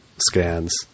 scans